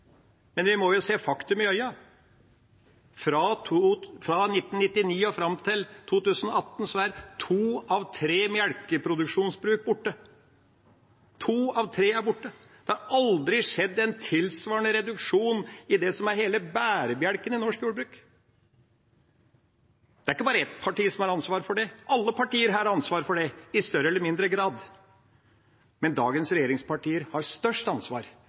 men vi må se faktum i øynene: Fra 1999 og fram til 2018 er to av tre mjølkeproduksjonsbruk borte. To av tre er borte. Det har aldri skjedd en tilsvarende reduksjon i det som er hele bærebjelken i norsk jordbruk. Det er ikke bare ett parti som har ansvar for det; alle partier har ansvar for det, i større eller mindre grad. Men dagens regjeringspartier har størst ansvar,